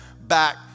back